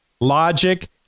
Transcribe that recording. logic